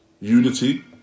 unity